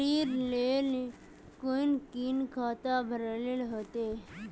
ऋण लेल कोन कोन खाता भरेले होते?